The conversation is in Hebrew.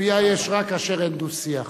כפייה יש רק כאשר אין דו-שיח.